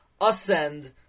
ascend